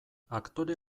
aktore